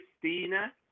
Christina